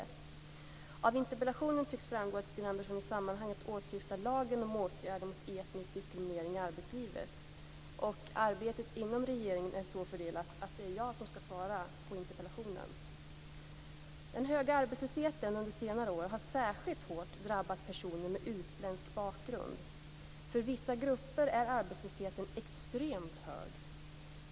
Av interpellationen tycks framgå att Sten Andersson i sammanhanget åsyftar lagen om åtgärder mot etnisk diskriminering i arbetslivet. Arbetet inom regeringen är så fördelat att det är jag som skall svara på interpellationen. Den höga arbetslösheten under senare år har särskilt hårt drabbat personer med utländsk bakgrund. För vissa grupper är arbetslösheten extremt hög.